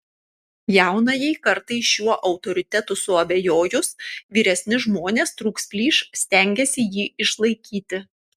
jaunajai kartai šiuo autoritetu suabejojus vyresni žmonės trūks plyš stengiasi jį išlaikyti